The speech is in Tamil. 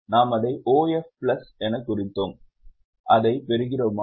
நாம் அதை OF பிளஸ் என்று குறித்தோம் அதைப் பெறுகிறோமா